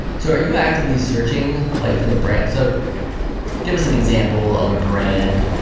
so are you actively searching like for the brand? so give us an example of a brand,